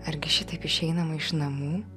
argi šitaip išeinama iš namų